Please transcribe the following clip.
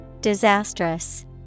Disastrous